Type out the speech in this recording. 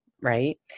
Right